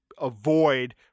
avoid